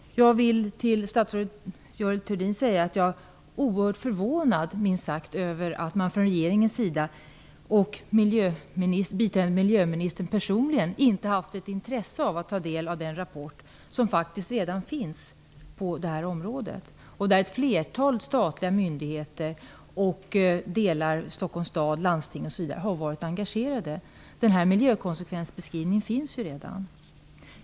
Jag är, minst sagt, oerhört förvånad över att regeringen och även biträdande miljöministern personligen inte har haft intresse av att ta del av den rapport som faktiskt redan finns på det här området, i vilken ett flertal statliga myndigheter, Stockholms stad, landstinget, osv. har varit engagerade. Den här miljökonsekvensbeskrivningen finns alltså redan.